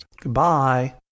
Goodbye